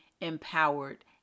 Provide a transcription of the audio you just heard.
empowered